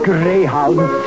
Greyhound